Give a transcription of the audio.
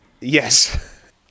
Yes